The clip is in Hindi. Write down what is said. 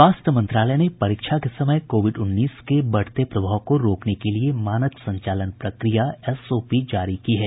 स्वास्थ्य मंत्रालय ने परीक्षा के समय कोविड उन्नीस के बढ़ते प्रभाव को रोकने के लिए मानक संचालन प्रक्रिया एसओपी जारी की है